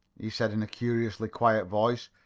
he said, in a curiously quiet voice,